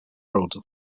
world